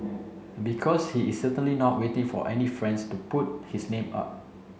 because he is certainly not waiting for any friends to put his name up